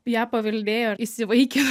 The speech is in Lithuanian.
ją paveldėjo įsivaikino